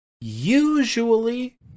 usually